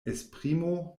esprimo